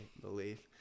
believe